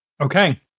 Okay